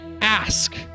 ask